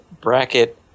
bracket